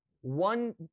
one